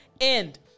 end